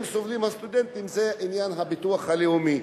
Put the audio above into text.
סובלים הסטודנטים זה עניין הביטוח הלאומי,